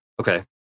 Okay